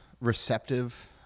receptive